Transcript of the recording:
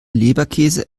leberkäse